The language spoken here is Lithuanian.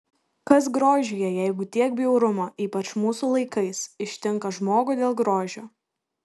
kas grožyje jeigu tiek bjaurumo ypač mūsų laikais ištinka žmogų dėl grožio